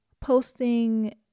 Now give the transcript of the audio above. posting